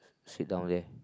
sit down there